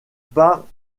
pas